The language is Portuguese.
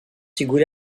segure